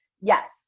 yes